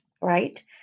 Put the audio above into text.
right